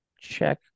check